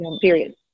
period